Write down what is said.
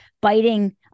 biting